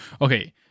okay